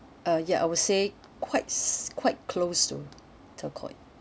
uh ya I would say quite quite close to turquoise